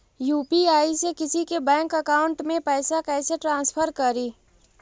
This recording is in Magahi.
यु.पी.आई से किसी के बैंक अकाउंट में पैसा कैसे ट्रांसफर करी?